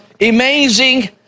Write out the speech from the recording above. amazing